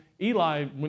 Eli